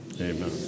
Amen